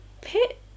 pit